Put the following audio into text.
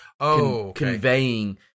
Conveying